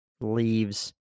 leaves